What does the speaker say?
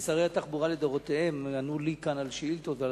שרי התחבורה לדורותיהם ענו לי כאן על שאילתות ועל